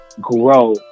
grow